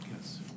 Yes